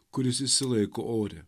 kuris išsilaiko ore